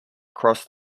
crossed